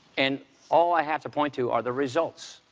and all i have to point to are the results.